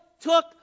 took